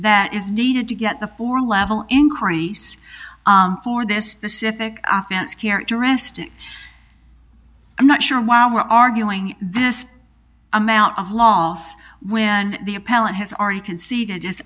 that is needed to get the four level increase for this specific characteristic i'm not sure why we're arguing this amount of loss when the appellant has already conceded just